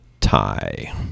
tie